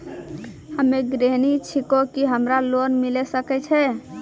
हम्मे गृहिणी छिकौं, की हमरा लोन मिले सकय छै?